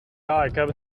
heb